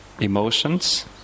emotions